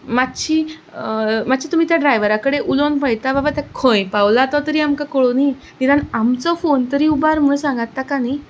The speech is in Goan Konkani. मातशी मातशी तुमी त्या ड्रायवरा कडेन उलोवन पळयता बाबा तो खंय पावला तो तरी आमकां कळुनी निदान आमचो फोन तरी उबार म्हूण सांगात ताका न्ही